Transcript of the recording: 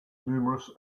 numerous